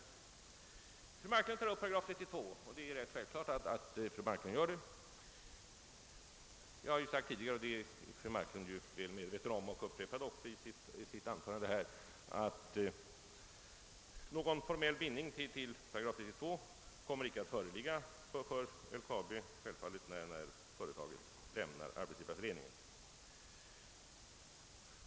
Fru Marklund tar upp § 32, och det är ganska självklart att hon gör det. Jag har ju sagt tidigare, och det är fru Marklund väl medveten om — hon nämner det också i sitt anförande här — att någon formell bindning till § 32 kommer självfallet icke att föreligga för LKAB, när företaget lämnar Arbetsgivareföreningen.